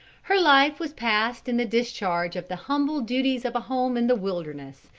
her life was passed in the discharge of the humble duties of a home in the wilderness,